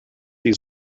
sie